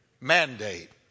mandate